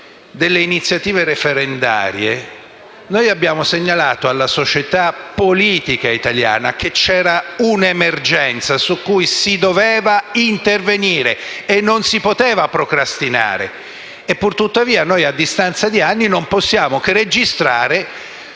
delle iniziative referendarie, abbiamo segnalato alla società politica italiana che c'era un'emergenza su cui si doveva intervenire e non si poteva procrastinare. Pur tuttavia, a distanza di anni, non possiamo che registrare